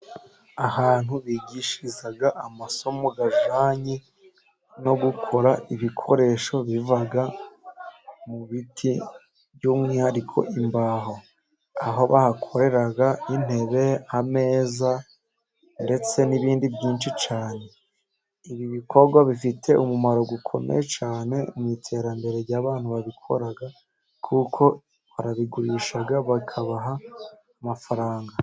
Ahantu bigishiriza amasomo ajyanye no gukora ibikoresho biva mu biti by'umwihariko imbaho. Aho bahakorera intebe, ameza ndetse n'ibindi byinshi cyane. Ibi bikorwa bifite umumaro ukomeye cyane mu iterambere'abantu babikora, kuko barabigurisha bakabaha amafaranga.